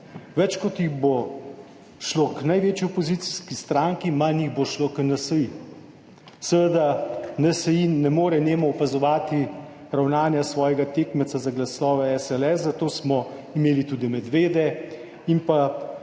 Več kot jih bo šlo k največji opozicijski stranki, manj jih bo šlo k NSi. Seveda NSi ne more nemo opazovati ravnanja svojega tekmeca za glasove SLS, zato smo imeli tudi medvede in pa